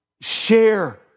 Share